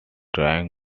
darwin